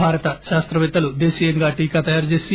భారత శాస్తపేత్తలు దేశీయంగా టీకా తయారుచేసి